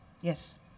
Yes